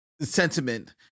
sentiment